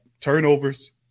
Turnovers